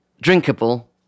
drinkable